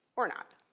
or not.